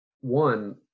one